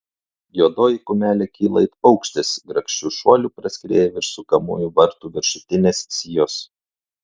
juodoji kumelė kyla it paukštis grakščiu šuoliu praskrieja virš sukamųjų vartų viršutinės sijos